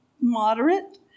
moderate